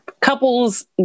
couples